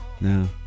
No